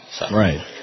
Right